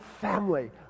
family